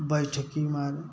बैठकी मारें